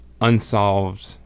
unsolved